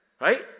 right